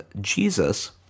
jesus